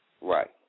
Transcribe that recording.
Right